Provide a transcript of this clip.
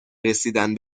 رسیدن